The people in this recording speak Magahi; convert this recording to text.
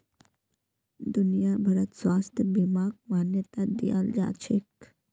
दुनिया भरत स्वास्थ्य बीमाक मान्यता दियाल जाछेक